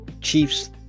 Chiefs